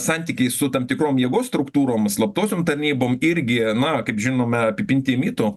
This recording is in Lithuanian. santykiai su tam tikrom jėgos struktūrom slaptosiom tarnybom irgi na kaip žinome apipinti mitų